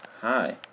Hi